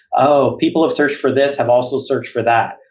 oh, people have searched for this have also searched for that.